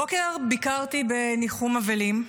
הבוקר ביקרתי בניחום אבלים,